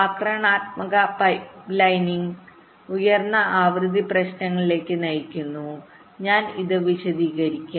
ആക്രമണാത്മക പൈപ്പ്ലൈനിംഗ്ഉയർന്ന ആവൃത്തി പ്രവർത്തനങ്ങളിലേക്ക് നയിക്കുന്നു ഞാൻ ഇത് വിശദീകരിക്കാൻ ശ്രമിക്കും